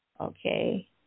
Okay